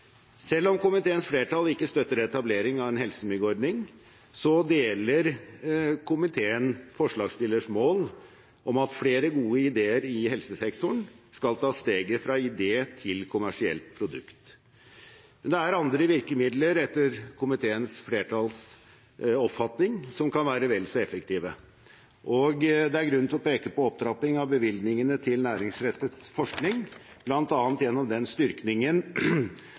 Selv om komiteens flertall ikke støtter etablering av en helsemyggordning, deler komiteen forslagsstillernes mål om at flere gode ideer i helsesektoren skal ta steget fra idé til kommersielt produkt, men det er, etter komiteens flertalls oppfatning, andre virkemidler som kan være vel så effektive. Det er grunn til å peke på opptrapping av bevilgningene til næringsrettet forskning, bl.a. gjennom den